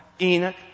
Enoch